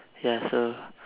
ya so